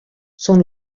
són